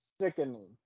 Sickening